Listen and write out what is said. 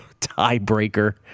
tiebreaker